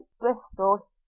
Bristol